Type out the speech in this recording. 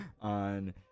on